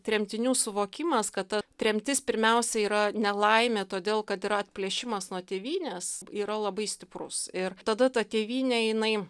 tremtinių suvokimas kad ta tremtis pirmiausia yra nelaimė todėl kad yra atplėšimas nuo tėvynės yra labai stiprus ir tada ta tėvynė jinai